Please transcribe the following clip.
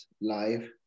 live